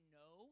no